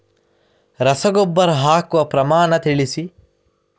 ರಸಗೊಬ್ಬರ ಹಾಕುವ ಪ್ರಮಾಣ ತಿಳಿಸಿ